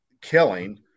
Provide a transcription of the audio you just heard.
killing